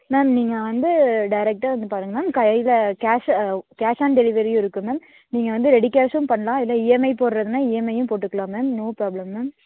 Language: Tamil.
மேம் நீங்கள் வந்து டேரெக்ட்டா வந்து பாருங்க மேம் கையில் கேஷு கேஷ் ஆன் டெலிவரியும் இருக்குது மேம் நீங்கள் வந்து ரெடி கேஷும் பண்ணலாம் இல்லை இஎம்ஐ போடுறதுன்னா இஎம்ஐயும் போட்டுக்கலாம் நோ ப்ராப்ளம் மேம்